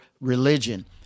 religion